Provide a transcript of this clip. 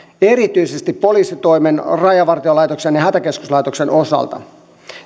erityisesti poliisitoimen rajavartiolaitoksen ja hätäkeskuslaitoksen osalta